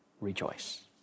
Rejoice